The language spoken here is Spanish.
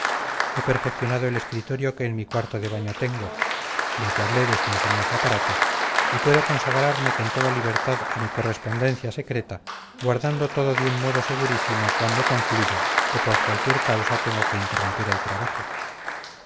he perfeccionado el escritorio que en mi cuarto de baño tengo ya te hablé de este ingenioso aparato y puedo consagrarme con toda libertad a mi correspondencia secreta guardando todo de un modo segurísimo cuando concluyo o por cualquier causa tengo que interrumpir el trabajo